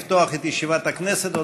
תודה.